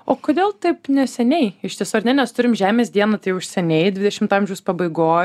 o kodėl taip neseniai išties nes turim žemės dieną tai jau seniai dvidešimto amžiaus pabaigoj